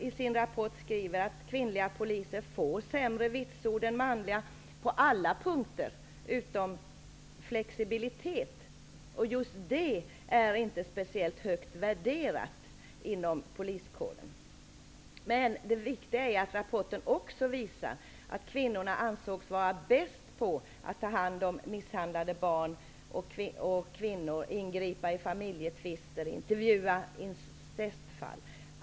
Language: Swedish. I en rapport skriver man att kvinnliga poliser får sämre vitsord än manliga på alla punkter utom när det gäller flexibiliteten. Men just den saken är inte speciellt högt värderad inom poliskåren. Det viktiga är dock, som rapporten visar, att kvinnorna anses vara bäst på att ta hand om misshandlade barn och kvinnor, ingripa i familjetvister och intervjua incestfall.